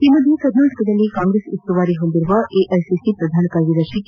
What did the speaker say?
ಈ ಮಧ್ಯೆ ಕರ್ನಾಟಕದಲ್ಲಿ ಕಾಂಗ್ರೆಸ್ ಉಸ್ತುವಾರಿ ಹೊಂದಿರುವ ಎಐಸಿಸಿ ಪ್ರಧಾನ ಕಾರ್ಯದರ್ಶಿ ಕೆ